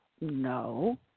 No